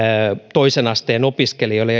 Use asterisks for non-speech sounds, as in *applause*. toisen asteen opiskelijoille *unintelligible*